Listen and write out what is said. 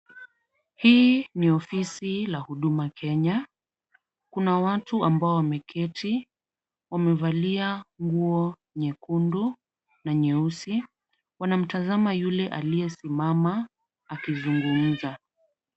Hii ni ofisi la Huduma Kenya. Kuna watu ambao wameketi, wamevalia nguo nyekundu, na nyeusi. Wanamtazama yule aliyesimama akizungumza.